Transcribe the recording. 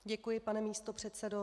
Děkuji, pane místopředsedo.